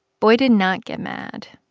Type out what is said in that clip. boy did not get mad.